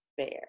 fair